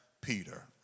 Peter